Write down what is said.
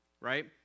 right